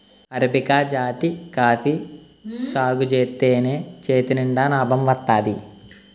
arabica జాతి coffee సాగుజేత్తేనే చేతినిండా నాబం వత్తాది